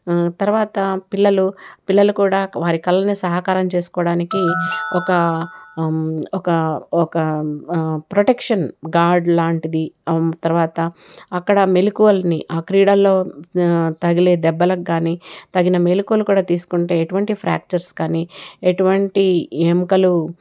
తర్వాత పిల్లలు పిల్లలు కూడా వారి కలల్ని సహకారం చేసుకోవడానికి ఒక ఒక ఒక ప్రొటెక్షన్ గాడ్ లాంటిది తర్వాత అక్కడ మెలకువల్ని ఆ క్రీడల్లో తగిలే దెబ్బలకు గానీ తగిన మెళుకువలు కూడా తీసుకుంటే ఎటువంటి ఫ్రాక్చర్స్ కానీ ఎటువంటి ఎముకలు